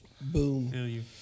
Boom